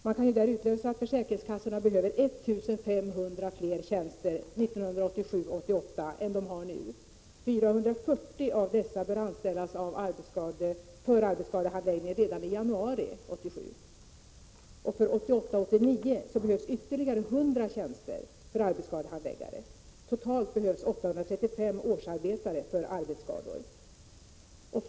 Man kan där utläsa att försäkringskassorna behöver 1 500 fler tjänster för 1987 89 behövs ytterligare 100 tjänster för arbetsskadehandläggning. Totalt behövs 835 årsarbetare för arbetsskadorna.